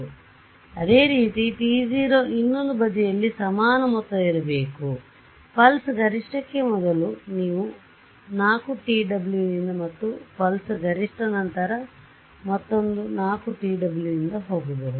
ಆದ್ದರಿಂದ ಅದೇ ರೀತಿ t0 ಇನ್ನೊಂದು ಬದಿಯಲ್ಲಿ ಸಮಾನ ಮೊತ್ತ ಇರಬೇಕು ಆದ್ದರಿಂದ ಪಲ್ಸ್ ಗರಿಷ್ಠಕ್ಕೆ ಮೊದಲು ನೀವು 4tw ನಿಂದ ಮತ್ತುಪಲ್ಸ್ ಗರಿಷ್ಠ ನಂತರ ಮತ್ತೊಂದು 4tw ನಿಂದ ಹೋಗಬಹುದು